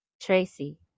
Tracy